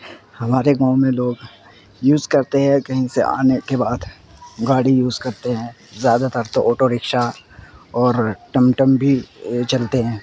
ہمارے گاؤں میں لوگ یوز کرتے ہیں کہیں سے آنے کے بعد گاڑی یوز کرتے ہیں زیادہ تر تو اوٹو رکشا اور ٹم ٹم بھی چلتے ہیں